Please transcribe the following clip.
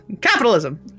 Capitalism